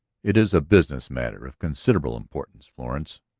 it is a business matter of considerable importance, florence.